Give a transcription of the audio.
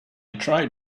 tried